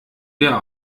wir